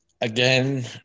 Again